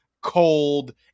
cold